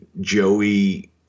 Joey